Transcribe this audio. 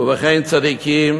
ובכן צדיקים